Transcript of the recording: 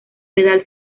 pedal